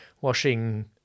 washing